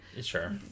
Sure